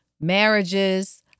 marriages